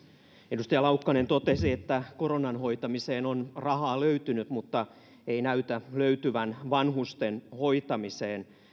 edustaja laukkanen totesi että koronan hoitamiseen on rahaa löytynyt mutta ei näytä löytyvän vanhusten hoitamiseen